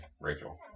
Rachel